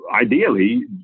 ideally